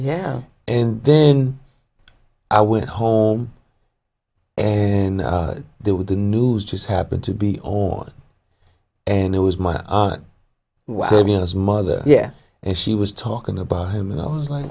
yeah and then i went home and there with the news just happened to be alone and it was my mother yeah and she was talking about him and i was